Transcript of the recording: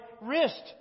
wrist